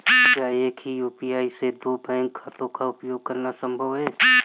क्या एक ही यू.पी.आई से दो बैंक खातों का उपयोग करना संभव है?